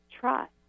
trust